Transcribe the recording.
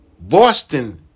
Boston